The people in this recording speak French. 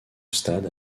stade